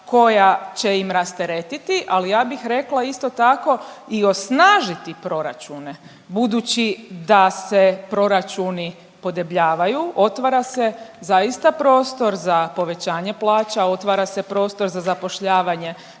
koja će im rasteretiti, ali ja bih rekla isto tako i osnažiti proračune, budući da se proračuni podebljavaju, otvara se zaista prostor za povećanje plaća, otvara se prostor za zapošljavanje